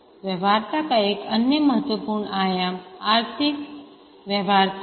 व्यवहार्यता का एक अन्य महत्वपूर्ण आयाम आर्थिक व्यवहार्यता है